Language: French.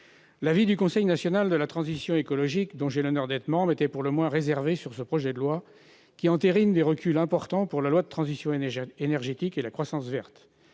L'avis du Conseil national de la transition écologique, le CNTE, dont j'ai l'honneur d'être membre, était pour le moins réservé sur ce projet de loi qui entérine des reculs importants par rapport à la loi relative à la transition énergétique pour la croissance verte.